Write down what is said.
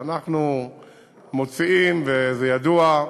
אנחנו מוציאים, וזה ידוע,